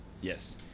Yes